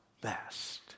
best